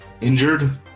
injured